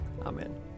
Amen